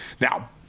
Now